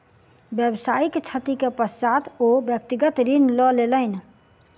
व्यावसायिक क्षति के पश्चात ओ व्यक्तिगत ऋण लय लेलैन